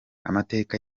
amateka